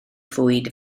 fwyd